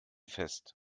fest